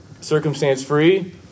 circumstance-free